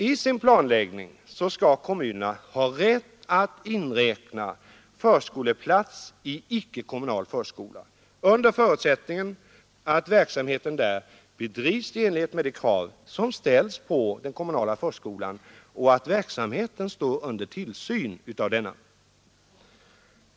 I sin planläggning skall kommunerna ha rätt att inräkna förskoleplats i icke kommunal förskola, under förutsättning att verksamheten där bedrivs i enlighet med de krav som ställs på den kommunala förskolan samt att verksamheten står under samma tillsyn som denna.